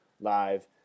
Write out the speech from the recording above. live